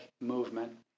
movement